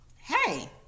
Hey